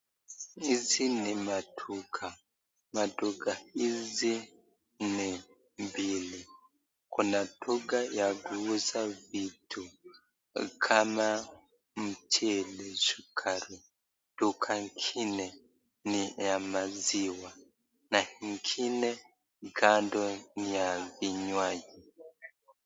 Hizi ni maduka, maduka hizi ni mbili. Kuna duka ya kuuza vitu kama mchele ,sukari .Duka ingine ni ya maziwa, na ingine kando ni ya vinywaji.